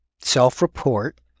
self-report